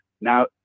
now